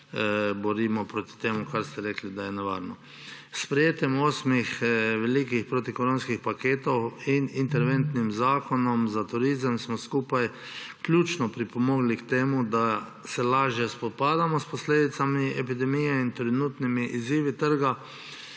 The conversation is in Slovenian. se borimo proti temu, kar ste rekli, da je nevarno. S sprejetjem osmih velikih protikoronskih paketov in interventnim zakonom za turizem smo skupaj ključno pripomogli k temu, da se lažje spopadamo s posledicami epidemije in trenutnimi izzivi trga.